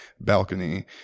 balcony